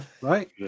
Right